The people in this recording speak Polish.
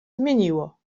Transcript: zmieniło